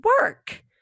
work